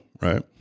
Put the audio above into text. right